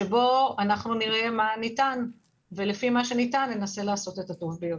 שבו נראה מה ניתן ולפי זה ננסה לעשות את הטוב ביותר.